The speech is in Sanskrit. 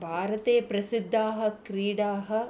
भारते प्रसिद्धाः क्रीडाः